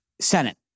Senate